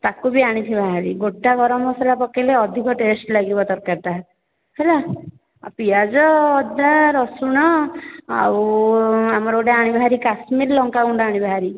ତାକୁ ବି ଆଣିଥିବା ହାରି ଗୋଟା ଗରମ ମସଲା ପକାଇଲେ ଅଧିକା ଟେଷ୍ଟ ଲାଗିବ ତରକାରୀଟା ହେଲା ଆଉ ପିଆଜ ଅଦା ରସୁଣ ଆଉ ଆମର ଗୋଟେ ଆଣିବା ହାରି କାଶ୍ମୀର ଲଙ୍କା ଗୁଣ୍ଡ ଆଣିବା ହାରି